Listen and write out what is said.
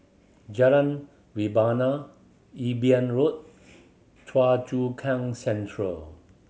Jalan Rebana Imbiah Road Choa Chu Kang Central